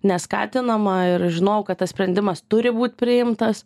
neskatinama ir žinojau kad tas sprendimas turi būt priimtas